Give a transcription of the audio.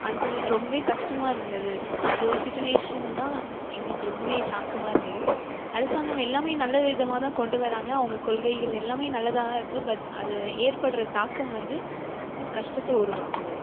அந்த ரொம்பவே கஷ்டமாக இருந்தது அது ஒரு சுச்சிவேஷன் தான் எங்களுக்கு ரொம்பவே தாக்கமாக இருந்தது அரசாங்கம் எல்லாமே நல்ல விதமாக தான் கொண்டுவராங்க அவங்க கொள்கைகள் எல்லாமே நல்லதா தான் இருக்குது பட் அது ஏற்படுற தாக்கம் வந்து கஷ்டத்தை உருவாக்குது